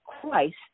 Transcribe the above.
Christ